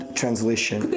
translation